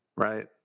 Right